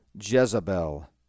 Jezebel